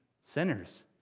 sinners